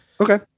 Okay